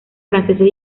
franceses